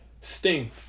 Sting